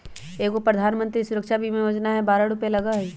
एगो प्रधानमंत्री सुरक्षा बीमा योजना है बारह रु लगहई?